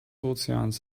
ozeans